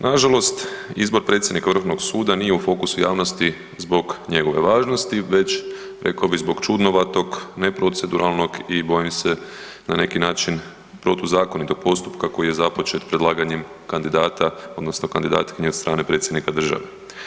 Nažalost, izbor predsjednika Vrhovnog suda nije u fokusu javnosti bez njegove važnosti već rekao bi, zbog čudnovatog, neproceduralnog i bojim se na neki način, protuzakonitog postupka koji je započet predlaganjem kandidata odnosno kandidatkinje od strane Predsjednika države.